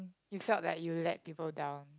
you felt like you let people down